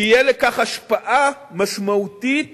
תהיה לכך השפעה משמעותית